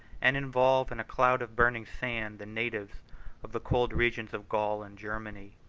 and involve, in a cloud of burning sand, the natives of the cold regions of gaul and germany.